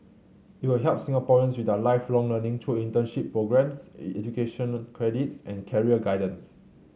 it will help Singaporeans with their Lifelong Learning through internship programmes education credits and career guidance